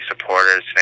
supporters